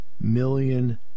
million